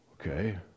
Okay